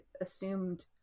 assumed